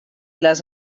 les